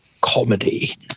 comedy